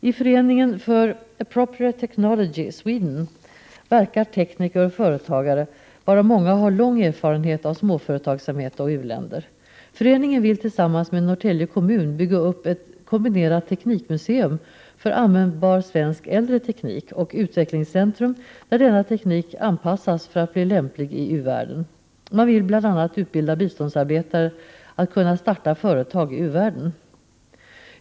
I Föreningen Appropriate Technology Sweden verkar tekniker och företagare varav många har lång erfarenhet av småföretagsamhet och u-länder. Föreningen vill tillsammans med Norrtälje kommun bygga upp ett kombinerat teknikmuseum för användbar svensk äldre teknik och ett utvecklingscentrum, där denna teknik anpassas för att bli lämplig i u-världen. Man vill bl.a. utbilda biståndsarbetare att kunna starta företag i u-världen.